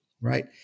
right